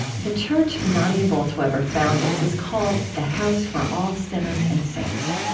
the church nadia bolz-weber founded is called the house for all sinners and saints.